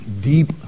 deep